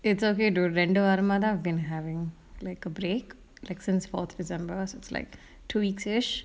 it's okay dude ரெண்டு வாரமா தான்:rendu varama thaan been having like a break like since fourth december so it's like two weeks-ish